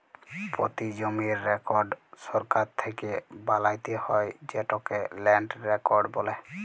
পতি জমির রেকড় সরকার থ্যাকে বালাত্যে হয় যেটকে ল্যান্ড রেকড় বলে